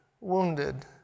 wounded